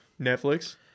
Netflix